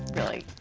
really,